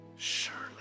Surely